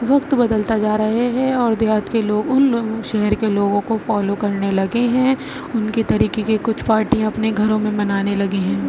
وقت بدلتا جا رہے ہیں اور دیہات کے لوگ ان لوگوں شہر کے لوگوں کو فالو کرنے لگے ہیں ان کے طریقے کے کچھ پارٹیاں اپنے گھروں میں منانے لگے ہیں